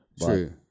True